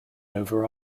over